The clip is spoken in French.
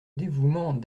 dévouement